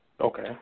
Okay